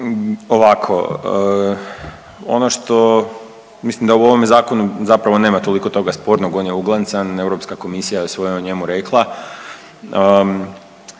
Ovako ono što mislim da u ovome zakonu zapravo nema toliko toga spornog. On je uglancan, Europska komisija je sve o njemu rekla.